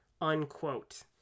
Unquote